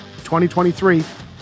2023